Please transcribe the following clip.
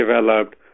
developed